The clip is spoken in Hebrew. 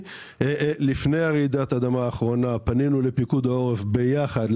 לפני רעידת האדמה האחרונה פנינו לפיקוד העורף כדי